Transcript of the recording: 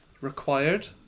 required